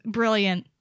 brilliant